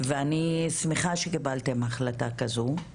ואני שמחה שקיבלתם החלטה כזו.